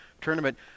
Tournament